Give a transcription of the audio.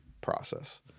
process